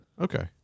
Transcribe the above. Okay